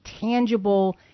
tangible